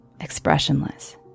expressionless